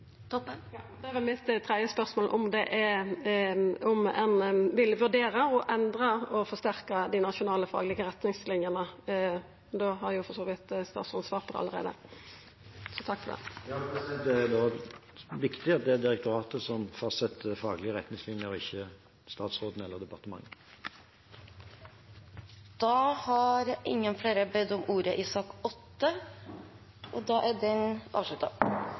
Det var mitt tredje spørsmål – om ein vil vurdera å endra og forsterka dei nasjonale faglege retningslinjene. Da har for så vidt stasråden svart på det allereie, så takk for det. Det er da viktig at det er direktoratet som fastsetter faglige retningslinjer og ikke statsråden eller departementet. Replikkordskiftet er dermed omme. Flere har heller ikke bedt om ordet til sak nr. 8. Etter ønske fra helse- og